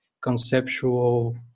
conceptual